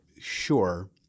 sure